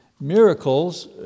Miracles